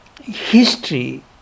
history